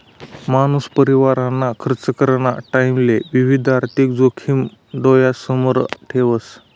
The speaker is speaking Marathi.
मानूस परिवारना खर्च कराना टाईमले विविध आर्थिक जोखिम डोयासमोर ठेवस